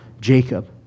Jacob